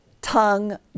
tongue